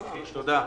תודה.